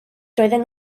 doedden